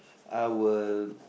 I will